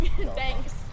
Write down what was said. Thanks